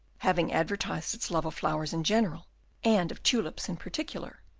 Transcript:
having advertised its love of flowers in general and of tulips in particular,